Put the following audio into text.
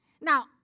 Now